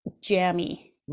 jammy